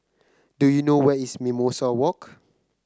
do you know where is Mimosa Walk